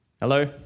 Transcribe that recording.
Hello